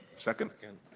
second? second.